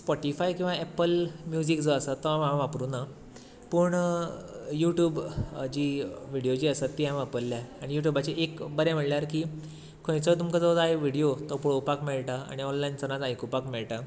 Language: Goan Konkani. स्पोटिफाय किंवां एप्पल म्युजीक जो आसा तो हांवें वापरूंक ना पूण युट्यूब जी व्हिडीयो जी आसा ती वापरल्या आनी युट्युबाची एक बरें म्हळ्यार की खंयचो तुमकां जो जाय तो व्हिडीयो पळोवपाक मेळटा आनी ऑनलायन सदांच आयकूपाक मेळटा